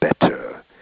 better